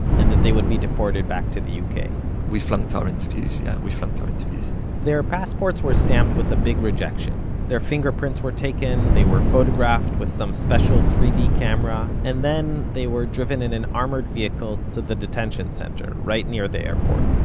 and that they would be deported back to the uk we flunked our interviews, yeah, we flunked our interviews their passports were stamped with a big rejection their fingerprints were taken, they were photographed with some special three d camera, and then, they were driven in an armored vehicle to the detention center, right near the airport,